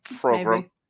program